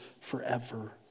forever